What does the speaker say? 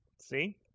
See